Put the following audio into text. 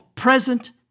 present